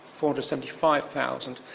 475,000